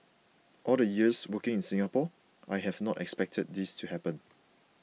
all the years working in Singapore I have not expected this to happen